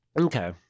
Okay